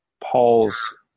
Paul's